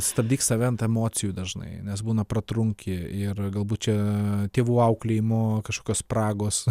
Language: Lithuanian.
stabdyk save ant emocijų dažnai nes būna pratrunki ir galbūt čia tėvų auklėjimo kažkokios spragos